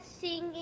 singing